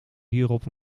hierop